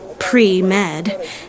pre-med